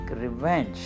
revenge